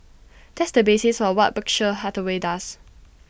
that's the basis for what Berkshire Hathaway does